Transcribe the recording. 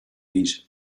eat